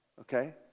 Okay